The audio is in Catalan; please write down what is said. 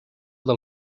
del